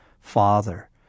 Father